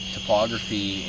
Topography